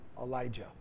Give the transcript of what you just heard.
Elijah